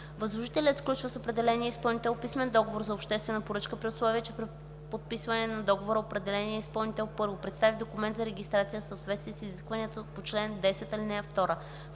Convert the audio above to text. Възложителят сключва с определения изпълнител писмен договор за обществена поръчка, при условие че при подписване на договора определеният изпълнител: 1. представи документ за регистрация в съответствие с изискването по чл. 10, ал. 2; 2.